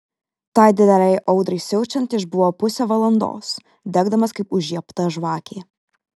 tai didelei audrai siaučiant išbuvo pusę valandos degdamas kaip užžiebta žvakė